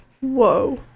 whoa